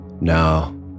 Now